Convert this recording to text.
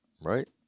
right